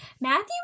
Matthew